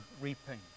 reaping